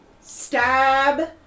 Stab